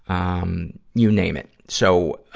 um, you name it. so,